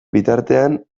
bitartean